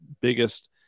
biggest